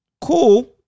Cool